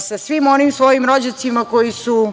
sa svim onim svojim rođacima koji su